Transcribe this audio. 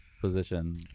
position